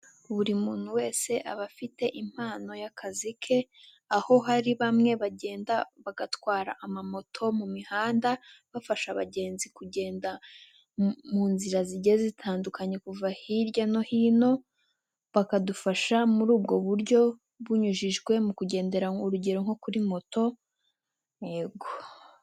Buri muntu wese aba afite impano y'akazi ke, aho hari bamwe bagenda bagatwara amamoto mu mihanda bafasha abagenzi kugenda mu nzira zigiye zitandukanye, kuva hirya no hino bakadufasha muri ubwo buryo bunyujijwe mu kugendera urugero nko kuri moto yego.